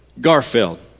Garfield